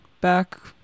back